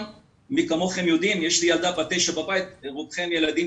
יש לי בבית ילדה בת 9 ולרובכם יש ילדים